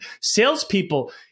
salespeople